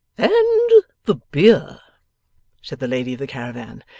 and the beer said the lady of the caravan,